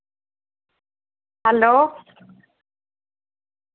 hello